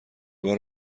بار